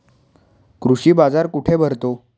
कृषी बाजार कुठे भरतो?